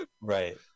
Right